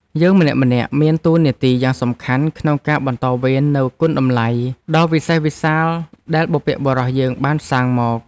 យើងម្នាក់ៗមានតួនាទីយ៉ាងសំខាន់ក្នុងការបន្តវេននូវគុណតម្លៃដ៏វិសេសវិសាលដែលបុព្វបុរសយើងបានសាងមក។